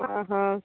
ଓହୋ